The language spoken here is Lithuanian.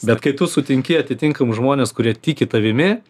bet kai tu sutinki atitinkamus žmones kurie tiki tavimi